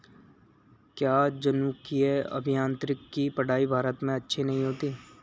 क्या जनुकीय अभियांत्रिकी की पढ़ाई भारत में अच्छी नहीं होती?